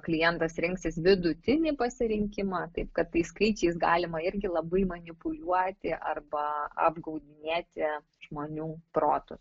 klientas rinksis vidutinį pasirinkimą taip kad tai skaičiais galima irgi labai manipuliuoti arba apgaudinėti žmonių protus